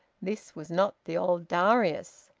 this was not the old darius.